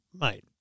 Mate